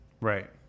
Right